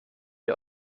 ihr